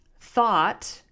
thought